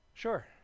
Sure